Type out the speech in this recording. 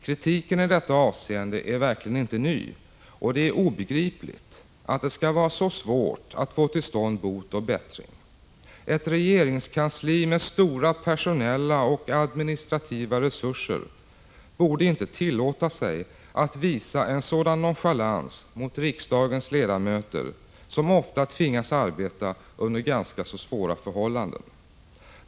Kritiken i detta avseende är verkligen inte ny, och det är obegripligt att det skall vara så svårt att få till stånd bot och bättring. Ett regeringskansli med stora personella och administrativa resurser borde inte tillåta sig att visa en sådan nonchalans mot riksdagens ledamöter, som ofta tvingas arbeta under ganska svåra förhållanden.